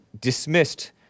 dismissed